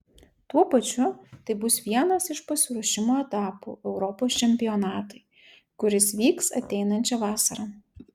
tuo pačiu tai bus vienas iš pasiruošimo etapų europos čempionatui kuris vyks ateinančią vasarą